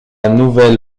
nouvelle